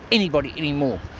anybody anymore,